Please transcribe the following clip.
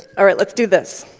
all right. let's do this.